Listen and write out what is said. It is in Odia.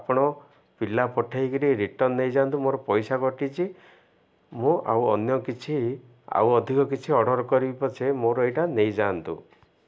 ଆପଣ ପିଲା ପଠେଇକିରି ରିଟର୍ଣ୍ଣ ନେଇଯାଆନ୍ତୁ ମୋର ପଇସା କଟିଛି ମୁଁ ଆଉ ଅନ୍ୟ କିଛି ଆଉ ଅଧିକ କିଛି ଅର୍ଡ଼ର୍ କରି ପଛେ ମୋର ଏଇଟା ନେଇଯାଆନ୍ତୁ